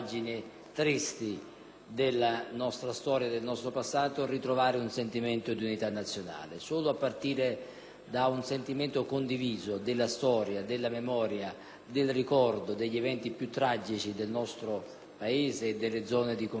della nostra storia e del nostro passato, un sentimento di unità nazionale. Solo a partire da un sentimento condiviso della storia, della memoria, del ricordo degli eventi più tragici del nostro Paese e delle zone di confine del nostro Paese,